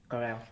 correct